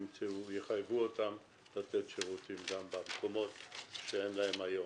שיחייבו אותם לתת שירותים גם במקומות שאין להם היום.